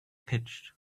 pitched